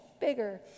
bigger